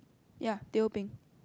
ya teh O peng